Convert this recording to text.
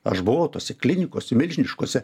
aš buvau tose klinikose milžiniškose